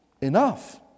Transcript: enough